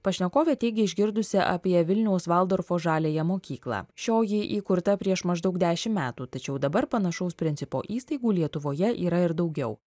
pašnekovė teigia išgirdusi apie vilniaus valdorfo žaliąją mokyklą šioji įkurta prieš maždaug dešimt metų tačiau dabar panašaus principo įstaigų lietuvoje yra ir daugiau